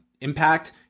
Impact